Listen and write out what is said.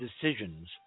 decisions